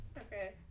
Okay